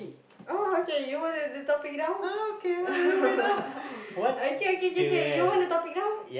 oh okay you want the the topic now okay okay okay you want the topic now